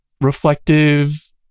reflective